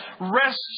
rests